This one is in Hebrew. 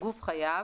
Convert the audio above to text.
"גוף חייב"